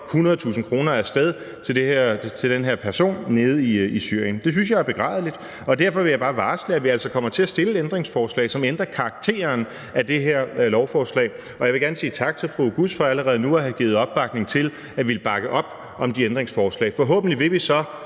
100.000 kr. af sted til den her person nede i Syrien. Det synes jeg er begrædeligt, og derfor vil jeg bare varsle, at vi altså kommer til at stille ændringsforslag, som ændrer karakteren af det her lovforslag. Og jeg vil gerne sige tak til fru Halime Oguz for allerede nu at have givet opbakning til at ville bakke op om de ændringsforslag. Forhåbentlig vil vi så